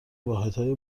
واحدهای